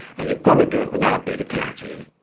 and you've got to do it without beta-carotene.